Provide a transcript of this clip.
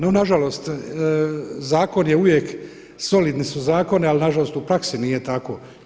No nažalost zakon je uvijek, solidni su zakoni ali nažalost u praksi nije tako.